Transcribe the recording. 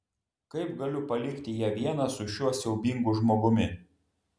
kaip galiu palikti ją vieną su šiuo siaubingu žmogumi